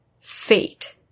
fate